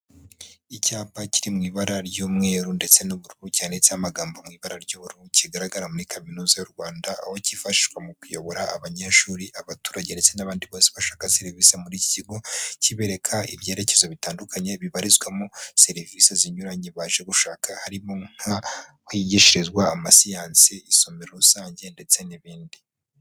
Icyapa kiri mu ibara ry'umweru ndetse n'ubururu, cyanditseho amagambo mu ibara ry'ubururu kigaragara muri kaminuza y'u Rwanda, aho cyifashishwa mu kuyobora abanyeshuri, abaturage, ndetse n'abandi bose bashaka serivisi muri iki kigo kibereka ibyerekezo bitandukanye bibarizwamo serivisi zinyuranye baje gushaka, harimo nk'ahigishirizwa amasiyansi, isomero rusange, ndetse n'ibindi.